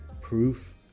Proof